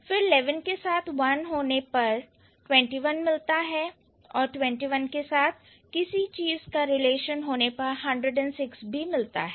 फिर eleven के साथ one होने से twenty one मिलता है और twenty one के साथ किसी चीज का रिलेशन होने पर hundred and six भी मिलता है